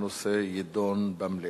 הנושא יידון במליאה.